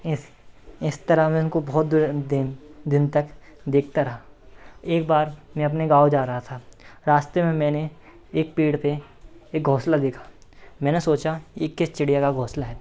इस इस तरह मैं इनको बहुत दे दिन दिन तक देखता रहा एक बार मैं अपने गाँव जा रहा था रास्ते में मैंने एक पेड़ पर एक घोंसला देखा मैंने सोचा यह किस चिड़िया का घोंसला है